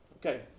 Okay